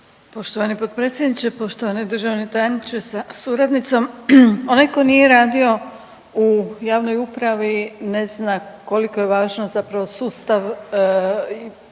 Poštovani potpredsjedniče, poštovani državni tajniče sa suradnicom, onaj tko nije radio u javnoj upravi ne zna koliko je važan zapravo sustav